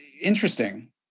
interesting